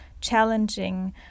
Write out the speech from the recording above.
challenging